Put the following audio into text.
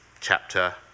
chapter